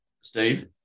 Steve